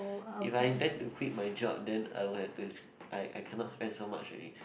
if I intend to quit my job then I will have to I I cannot spend so much already